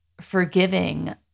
forgiving